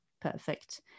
perfect